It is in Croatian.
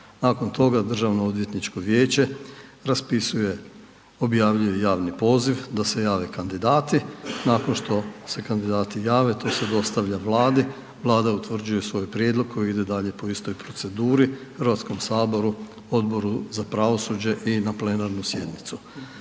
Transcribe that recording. Nakon toga državno odvjetničko vijeće raspisuje, objavljuje javni poziv da se jave kandidati, nakon što se kandidati jave, to se dostavlja Vladi, Vlada utvrđuje svoj prijedlog koji ide dalje po istoj proceduri, HS, Odboru za pravosuđe i na plenarnu sjednicu.